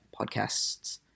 podcasts